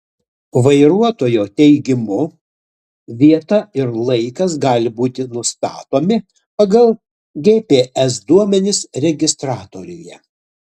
vairuotojo teigimu vieta ir laikas gali būti nustatomi pagal gps duomenis registratoriuje